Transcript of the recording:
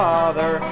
Father